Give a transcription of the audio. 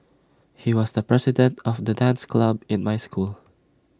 he was the president of the dance club in my school